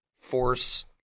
force